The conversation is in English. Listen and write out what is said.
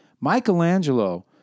Michelangelo